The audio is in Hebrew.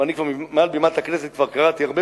ואני כבר מעל בימת הכנסת קראתי הרבה